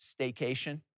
staycation